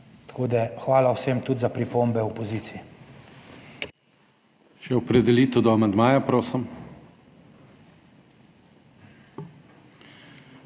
Tako da hvala vsem, tudi za pripombe opoziciji.